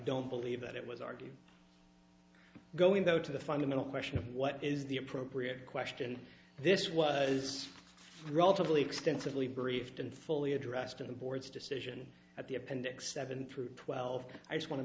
don't believe that it was argued going though to the fundamental question of what is the appropriate question this was relatively extensively briefed and fully addressed in the board's decision at the appendix seven through twelve i just want to